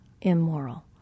immoral